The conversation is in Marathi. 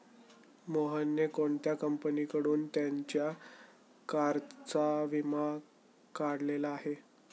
मोहनने कोणत्या कंपनीकडून त्याच्या कारचा विमा काढलेला आहे?